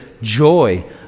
joy